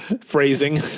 phrasing